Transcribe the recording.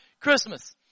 Christmas